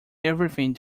everything